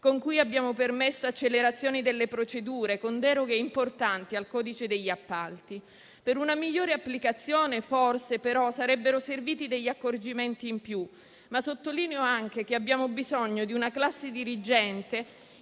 con cui abbiamo permesso l'accelerazione delle procedure, con deroghe importanti al codice degli appalti. Per una migliore applicazione, però, sarebbero forse serviti degli accorgimenti in più, ma sottolineo anche che abbiamo bisogno di una classe dirigente